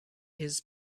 his